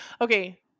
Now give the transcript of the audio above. Okay